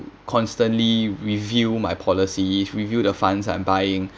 constantly review my policy review the funds I'm buying